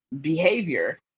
behavior